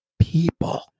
people